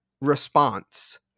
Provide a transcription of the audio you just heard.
response